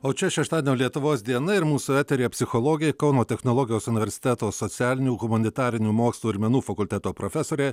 o čia šeštadienio lietuvos diena ir mūsų eteryje psichologė kauno technologijos universiteto socialinių humanitarinių mokslų ir menų fakulteto profesorė